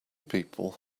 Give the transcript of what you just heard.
people